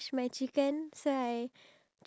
ya true